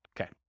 Okay